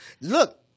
Look